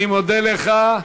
אני מודה לך.